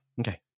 Okay